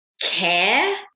Care